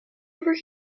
over